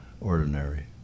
ordinary